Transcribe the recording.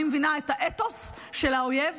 אני מבינה את האתוס של האויב